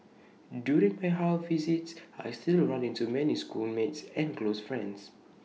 during my house visits I still run into many schoolmates and close friends